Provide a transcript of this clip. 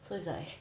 so it's like